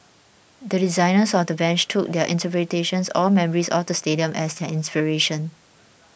the designers of the bench took their interpretations or memories of the stadium as their inspiration